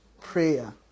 prayer